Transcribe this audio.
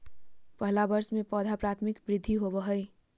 पहला वर्ष में पौधा के प्राथमिक वृद्धि होबो हइ